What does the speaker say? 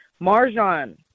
Marjan